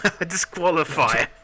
Disqualify